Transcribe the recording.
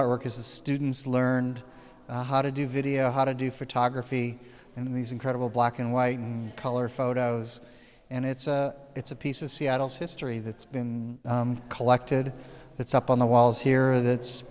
artwork as the students learned how to do video how to do photography in these incredible black and white and color photos and it's it's a piece of seattle's history that's been collected it's up on the walls here that